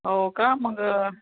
हो का मग